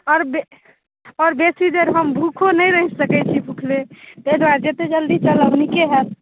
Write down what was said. आओर आओर बेसी देर हम भुखलो नहि रहि सकैत छी भुखले ताहि द्वारे जतेक जल्दी चलब नीके हैत